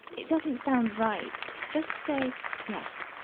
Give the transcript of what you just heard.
it doesn't sound right. just say yes.